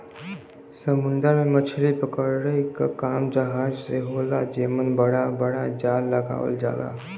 समुंदर में मछरी पकड़े क काम जहाज से होला जेमन बड़ा बड़ा जाल लगावल जाला